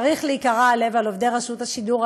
צריך להיקרע הלב על עובדי רשות השידור,